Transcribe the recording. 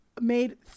made